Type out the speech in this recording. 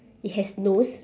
it has nose